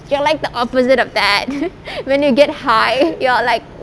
you're like the opposite of that when you get high you are like